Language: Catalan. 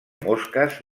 mosques